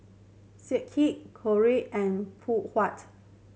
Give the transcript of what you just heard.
Schick Knorr and Phoon Huat